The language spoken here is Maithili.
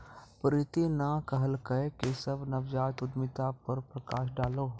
प्रीति न कहलकै केशव नवजात उद्यमिता पर प्रकाश डालौ